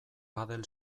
padel